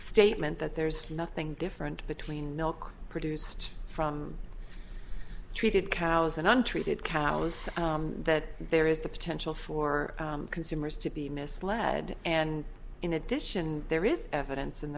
statement that there's nothing different between milk produced from treated cows and untreated cat was that there is the potential for consumers to be misled and in addition there is evidence